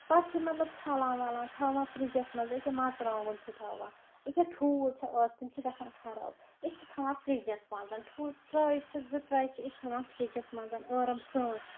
پَتہٕ چھِ مطلب چھلان وَلان تھاوان فرجَس منٛز أکیاہ مَرژٕوانگُن چھِ تھاوان أکیاہ ٹھوٗل چھِ آز تِم چھِ گژھان خراب أسۍ چھِ تھاوان فرجَزس منٛز ٹھوٗلہٕ ٹرے چھِ زٕ ٹرے چھِ أسی تھاوان فرجَس منٛز آرام سان